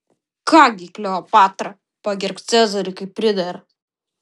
ką gi kleopatra pagerbk cezarį kaip pridera